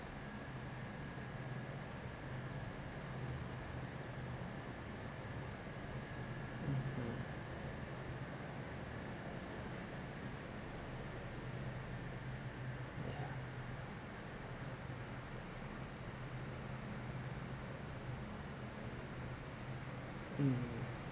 mmhmm yeah mm